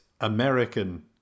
American